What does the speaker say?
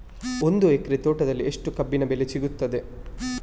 ಒಂದು ಎಕರೆ ತೋಟದಲ್ಲಿ ಎಷ್ಟು ಕಬ್ಬಿನ ಬೆಳೆ ಸಿಗುತ್ತದೆ?